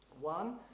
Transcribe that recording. One